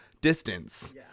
distance